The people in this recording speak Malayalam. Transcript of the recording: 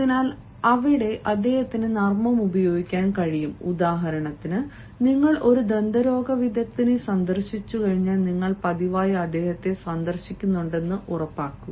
അതിനാൽ അവിടെ അദ്ദേഹത്തിന് നർമ്മം ഉപയോഗിക്കാൻ കഴിയും ഉദാഹരണത്തിന് നിങ്ങൾ ഒരു ദന്തരോഗവിദഗ്ദ്ധനെ സന്ദർശിച്ചുകഴിഞ്ഞാൽ നിങ്ങൾ പതിവായി അദ്ദേഹത്തെ സന്ദർശിക്കേണ്ടതുണ്ടെന്ന് ഉറപ്പാക്കുക